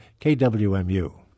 KWMU